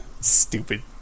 stupid